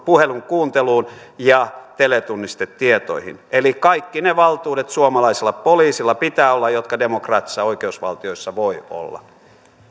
puhelun kuunteluun ja teletunnistetietoihin eli kaikki ne valtuudet suomalaisella poliisilla pitää olla jotka demokraattisissa oikeusvaltioissa voi olla